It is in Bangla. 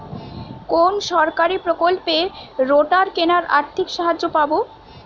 কোন সরকারী প্রকল্পে রোটার কেনার আর্থিক সাহায্য পাব?